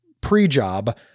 pre-job